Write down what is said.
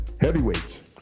heavyweights